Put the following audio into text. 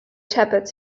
shepherds